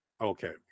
Okay